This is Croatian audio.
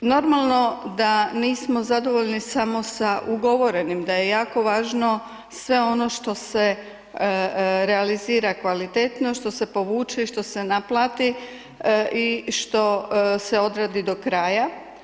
Normalno da nismo zadovoljni samo sa ugovorenim da je jako važno sve ono što se realizira kvalitetno što se povuče i što se naplati i što se odradi do kraja.